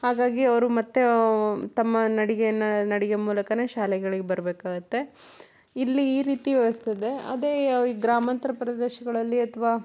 ಹಾಗಾಗಿ ಅವರು ಮತ್ತೆ ತಮ್ಮ ನಡಿಗೆಯನ್ನು ನಡಿಗೆ ಮೂಲಕನೆ ಶಾಲೆಗಳಿಗೆ ಬರಬೇಕಾಗುತ್ತೆ ಇಲ್ಲಿ ಈ ರೀತಿ ವ್ಯವಸ್ಥೆಯಿದೆ ಅದೆ ಈ ಗ್ರಾಮಾಂತರ ಪ್ರದೇಶಗಳಲ್ಲಿ ಅಥವಾ